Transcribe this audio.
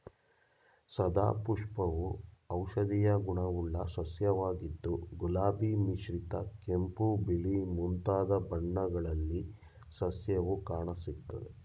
ಸದಾಪುಷ್ಪವು ಔಷಧೀಯ ಗುಣವುಳ್ಳ ಸಸ್ಯವಾಗಿದ್ದು ಗುಲಾಬಿ ಮಿಶ್ರಿತ ಕೆಂಪು ಬಿಳಿ ಮುಂತಾದ ಬಣ್ಣಗಳಲ್ಲಿ ಸಸ್ಯವು ಕಾಣಸಿಗ್ತದೆ